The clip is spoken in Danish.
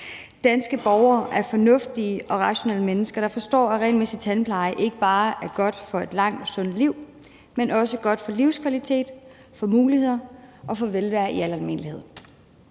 Danske borgere er fornuftige og rationelle mennesker, der forstår, at regelmæssig tandpleje ikke bare er godt i forhold til at få et langt og sundt liv, men også godt for vores livskvalitet, for vores muligheder og for velvære i al almindelighed.